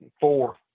Four